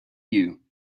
you